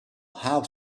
have